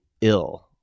ill